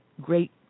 great